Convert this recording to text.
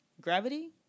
gravity